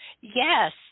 Yes